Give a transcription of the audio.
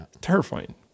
Terrifying